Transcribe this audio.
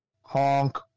Honk